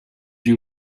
you